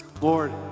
Lord